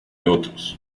otros